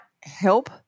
help